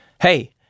Hey